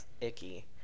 icky